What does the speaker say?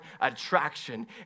attraction